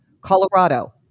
Colorado